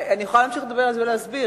אני יכולה להמשיך לדבר על זה ולהסביר.